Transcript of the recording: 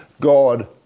God